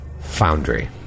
Foundry